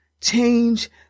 change